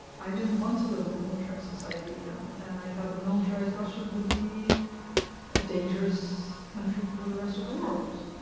i didn't want to live in a militarized society again, and i thought the militarized russia would be a dangerous country for the rest of the world.